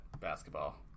Basketball